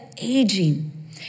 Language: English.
aging